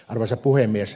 arvoisa puhemies